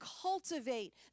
cultivate